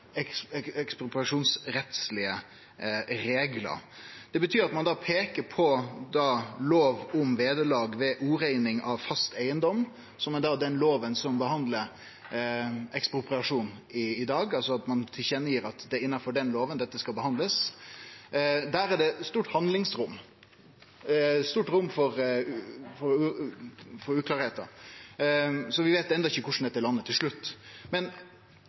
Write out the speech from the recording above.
Det betyr at ein peiker på lova om oreigning av fast eigedom, som er den lova som behandlar ekspropriasjon i dag – at ein gir til kjenne at det er innanfor denne lova dette skal bli behandla. Der er det eit stort handlingsrom og eit stort rom for uklarleik, så vi veit enno ikkje korleis dette landar til slutt. Men